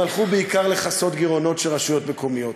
הם הלכו בעיקר לכיסוי גירעונות של רשויות מקומיות.